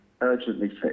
urgently